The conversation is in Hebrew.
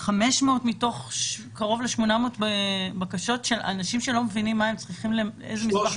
500 מתוך קרוב ל-800 בקשות של אנשים שלא מבינים מה הם צריכים לצרף.